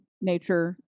nature